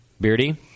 Beardy